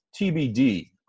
TBD